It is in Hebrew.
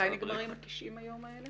מתי מסתיימים 90 המים האלה?